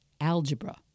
algebra